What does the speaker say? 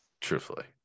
Truthfully